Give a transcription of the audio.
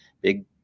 big